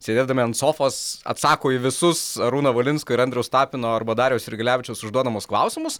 sėdėdami ant sofos atsako į visus arūno valinsko ir andriaus tapino arba dariaus jurgelevičiaus užduodamus klausimus